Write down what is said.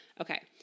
Okay